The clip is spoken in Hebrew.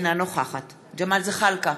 אינה נוכחת ג'מאל זחאלקה,